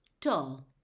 Tall